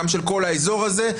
גם של כל האזור הזה.